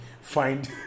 find